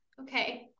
okay